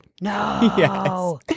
No